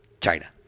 China